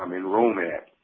um enrollment at.